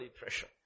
pressure